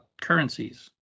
currencies